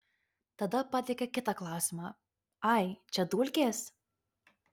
tada pateikė kitą klausimą ai čia dulkės